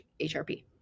HRP